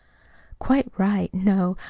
quite right. no,